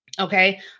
Okay